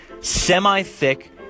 semi-thick